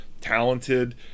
talented